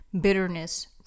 bitterness